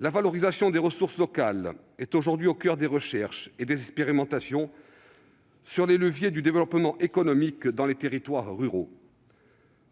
La valorisation des ressources locales est à l'heure actuelle au coeur des recherches et des expérimentations sur les leviers du développement économique dans les territoires ruraux.